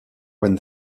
when